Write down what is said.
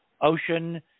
ocean